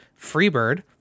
Freebird